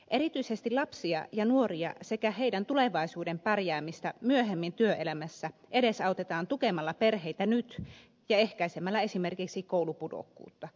erityisesti lapsia ja nuoria sekä heidän tulevaisuuden pärjäämistään myöhemmin työelämässä edesautetaan tukemalla perheitä nyt ja ehkäisemällä esimerkiksi koulupudokkuutta